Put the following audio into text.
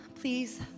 please